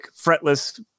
fretless